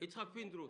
יצחק פינדרוס.